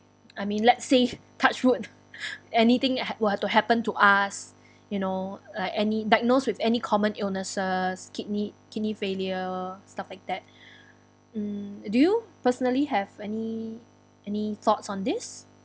I mean let's say touch wood anything were to happen to us you know like any diagnosed with any common illnesses kidney kidney failure stuff like that um do you personally have any any thoughts on this